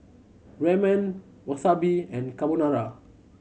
Ramen Wasabi and Carbonara